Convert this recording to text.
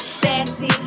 sassy